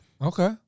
Okay